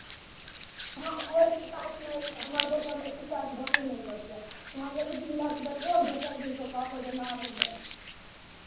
को कोइ शिकायत नहि हमर दोकानके शिकायत होयबे नहि करतै तोँ एक दिन लए कऽ देखबहो ने दोसर दिनसँ कहबहो जे हमरा आरो दे